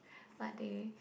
but they